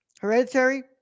Hereditary